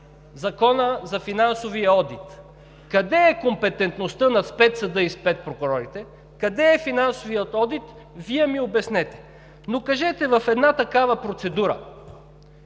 Закона за финансовия одит. Къде е компетентността на спецсъда и спецпрокурорите, къде е финансовият одит, Вие ми обяснете!? Кажете в една такава процедура,